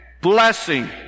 blessing